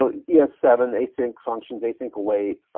so e s seven, async functions, async await,